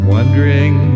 Wondering